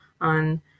on